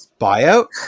Buyout